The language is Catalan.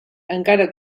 encara